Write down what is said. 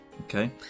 Okay